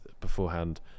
beforehand